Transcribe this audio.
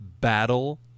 battle